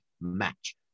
match